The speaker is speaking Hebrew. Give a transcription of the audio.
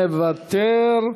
מוותר,